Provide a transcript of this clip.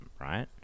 right